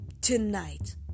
Tonight